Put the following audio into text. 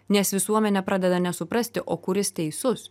nes visuomenė pradeda nesuprasti o kuris teisus